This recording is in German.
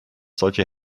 solche